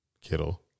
Kittle